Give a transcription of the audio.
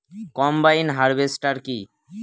Combine harvester কি?